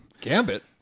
Gambit